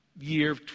year